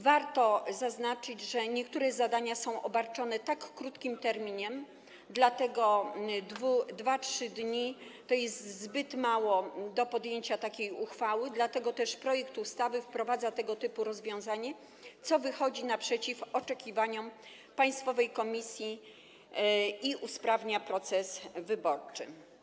Warto zaznaczyć, że niektóre zadania są obarczone krótkim terminem, np. 2–3 dni, to jest zbyt mało do podjęcia takiej uchwały, dlatego też projekt ustawy wprowadza tego typu rozwiązanie i wychodzi naprzeciw oczekiwaniom Państwowej Komisji Wyborczej i usprawnia proces wyborczy.